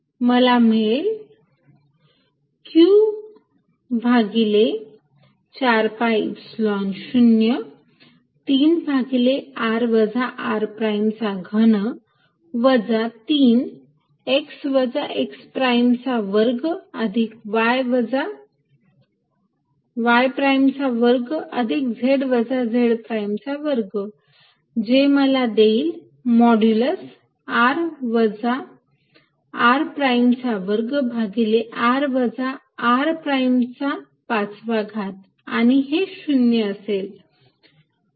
मला मिळेल q भागिले 4 pi Epsilon 0 3 भागिले r वजा r प्राईमचा घन वजा 3 x वजा x प्राईमचा वर्ग अधिक y वजा y प्राईमचा वर्ग अधिक z वजा z प्राईमचा वर्ग जे मला देईल मॉड्युलस r वजा r प्राईमचा वर्ग भागिले r वजा r प्राईमचा 5 वा घात आणि हे 0 असेल